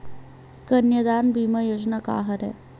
कन्यादान बीमा योजना का हरय?